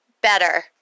better